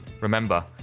Remember